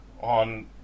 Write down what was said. on